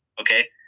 okay